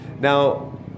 Now